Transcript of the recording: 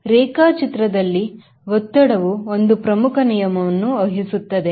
ರೇಖಾಚಿತ್ರದಲ್ಲಿ ಒತ್ತಡವೂ ಒಂದು ಪ್ರಮುಖ ನಿಯಮವನ್ನು ವಹಿಸುತ್ತದೆ